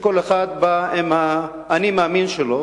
שכל אחד בא עם ה"אני מאמין" שלו.